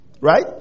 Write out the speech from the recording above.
Right